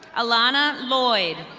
alana lloyd.